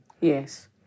Yes